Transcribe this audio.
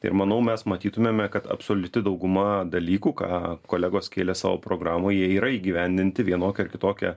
ir manau mes matytumėme kad absoliuti dauguma dalykų ką kolegos kėlė savo programoje jie yra įgyvendinti vienokia ar kitokia